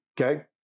Okay